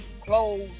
clothes